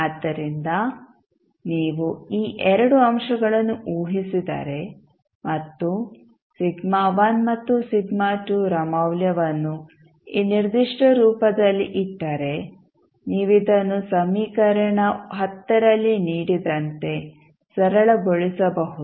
ಆದ್ದರಿಂದ ನೀವು ಈ 2 ಅಂಶಗಳನ್ನು ಊಹಿಸಿದರೆ ಮತ್ತು ಮತ್ತು ರ ಮೌಲ್ಯವನ್ನು ಈ ನಿರ್ದಿಷ್ಟ ರೂಪದಲ್ಲಿ ಇಟ್ಟರೆ ನೀವು ಇದನ್ನು ಸಮೀಕರಣ ರಲ್ಲಿ ನೀಡಿದಂತೆ ಸರಳಗೊಳಿಸಬಹುದು